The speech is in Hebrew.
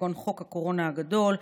כגון חוק הקורונה הגדול,